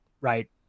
right